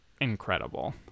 incredible